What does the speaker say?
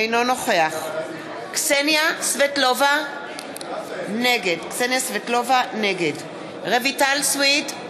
אינו נוכח קסניה סבטלובה, נגד רויטל סויד,